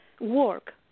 work